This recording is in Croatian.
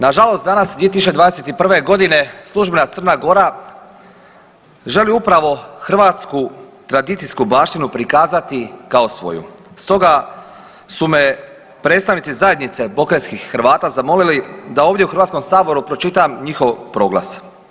Nažalost danas 2021. g. službena Crna Gora želi upravo hrvatsku tradicijsku baštinu prikazati kao svoju, stoga su me predstavnici Zajednice bokeljskih Hrvata zamolili da ovdje u HS-u pročitam njihov proglas.